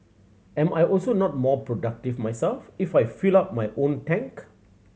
am I also not more productive myself if I filled up my own tank